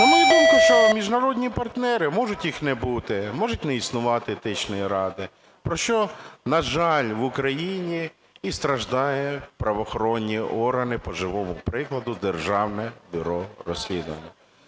На мою думку, що міжнародні партнери, може їх не бути, може не існувати Етичної ради, про що, на жаль, в Україні і страждають правоохоронні органи, по живому прикладу – Державне бюро розслідувань.